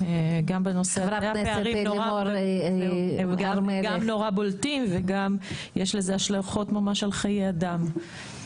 הם גם נורא בולטים וגם יש לזה השלכות ממש על חיי אדם.